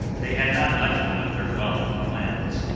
they had not left me their wealth and lands,